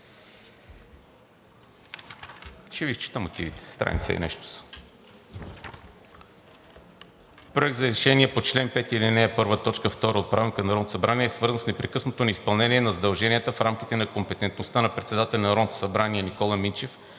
Ще Ви изчета мотивите, страница и нещо са.